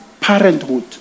parenthood